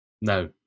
No